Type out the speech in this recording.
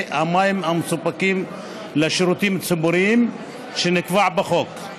המים המסופקים לשירותים ציבוריים שנקבעו בחוק,